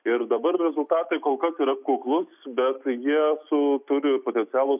ir dabar rezultatai kol kas yra kuklūs bet taigi su turi potencialo